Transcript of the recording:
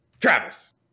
Travis